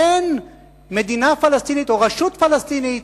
אין מדינה פלסטינית או רשות פלסטינית,